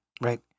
Right